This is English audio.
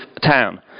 town